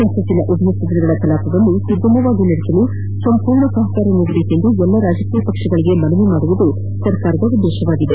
ಸಂಸತ್ತಿನ ಉಭಯಸದನಗಳ ಕಲಾಪವನ್ನು ಸುಗಮವಾಗಿ ನಡೆಸಲು ಸಂಪೂರ್ಣ ಸಹಕಾರ ನೀಡುವಂತೆ ಎಲ್ಲಾ ರಾಜಕೀಯ ಪಕ್ಷಗಳಿಗೆ ಮನವಿ ಮಾಡುವುದು ಸರ್ಕಾರದ ಉದ್ದೇಶವಾಗಿದೆ